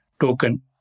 token